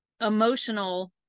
emotional